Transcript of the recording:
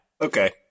Okay